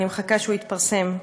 אני מחכה שהוא יתפרסם.